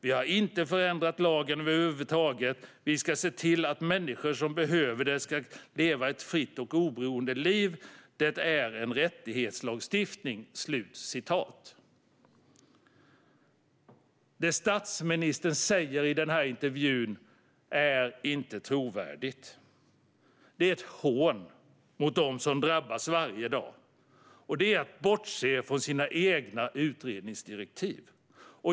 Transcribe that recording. Vi har inte förändrat lagen överhuvudtaget, vi ska se till att människor som behöver det ska kunna leva ett fritt och oberoende liv, det är en rättighetslagstiftning." Det statsministern säger i intervjun är inte trovärdigt. Det är ett hån mot dem som drabbas varje dag, och det är att bortse från sina egna utredningsdirektiv.